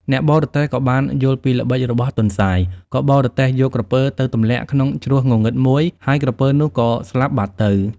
អ្នកបរទេះក៏បានយល់ពីល្បិចរបស់ទន្សាយ ក៏បរទេះយកក្រពើទៅទម្លាក់ក្នុងជ្រោះងងឹតមួយ ហើយក្រពើនោះក៏ស្លាប់បាត់ទៅ។